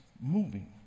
moving